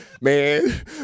man